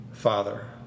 father